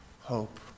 hope